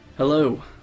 Hello